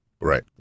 right